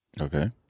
Okay